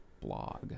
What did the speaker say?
blog